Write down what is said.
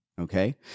Okay